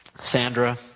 Sandra